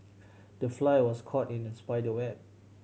the fly was caught in the spider web